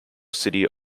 city